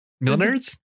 Milliners